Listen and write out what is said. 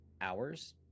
hours